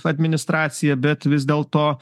administracija bet vis dėlto